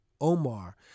Omar